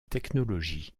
technologie